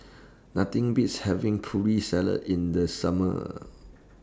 Nothing Beats having Putri Salad in The Summer